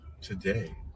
today